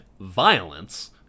violence